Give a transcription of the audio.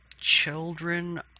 children